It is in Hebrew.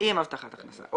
הבטחת הכנסה.